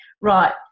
right